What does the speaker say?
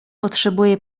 potrzebuje